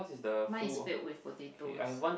mine is filled with potatoes